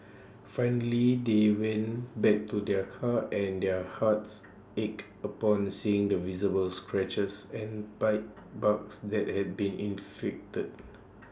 finally they went back to their car and their hearts ached upon seeing the visible scratches and bite marks that had been inflicted